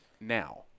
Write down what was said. now